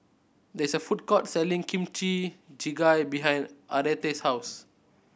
there is a food court selling Kimchi Jjigae behind Aretha's house